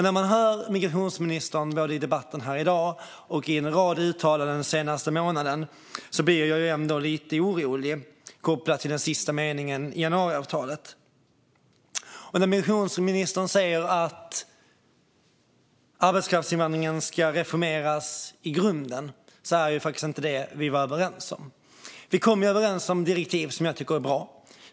När jag hör migrationsministern både i debatten här i dag och i en rad uttalanden den senaste månaden blir jag ändå lite orolig kopplad till den sista meningen i januariavtalet. När migrationsministern säger att arbetskraftsinvandringen ska reformeras i grunden är det faktiskt inte det vi kom överens om. Vi kom överens om direktiv som jag tycker är bra.